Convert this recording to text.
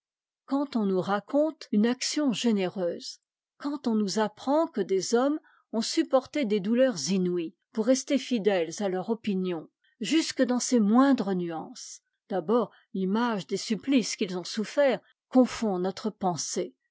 quand on nous raconte une action généreuse quand on nous apprend que des hommes ont supporté des douleurs inouïes pour rester fidètes à leur opinion jusque dans ses moindres nuances d'abord l'image des supplices qu'ils ont soufferts confond notre pensée